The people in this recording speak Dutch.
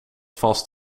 vast